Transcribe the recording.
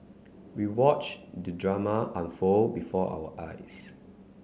we watched the drama unfold before our eyes